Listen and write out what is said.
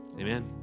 Amen